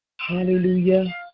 Hallelujah